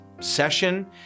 session